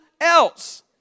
else